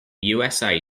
usa